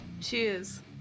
Cheers